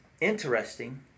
Interesting